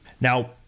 Now